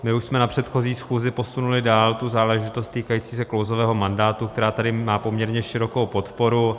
My už jsme na předchozí schůzi posunuli dál záležitost týkající se klouzavého mandátu, která tady má poměrně širokou podporu.